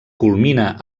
culmina